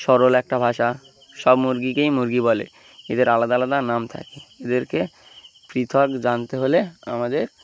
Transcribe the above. সরল একটা ভাষা সব মুরগিকেই মুরগি বলে এদের আলাদা আলাদা নাম থাকে এদেরকে পৃথক জানতে হলে আমাদের